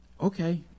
okay